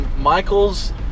Michael's